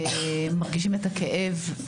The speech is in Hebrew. מרגישים את הכאב,